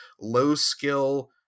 low-skill